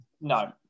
no